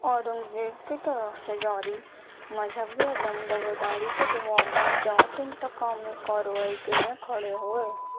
اورنگزیب کی طرف سے جاری مجہبی عدم کے جواب میں جاٹ انتقامی کارروائی کیلۓ کھڑے ہوئے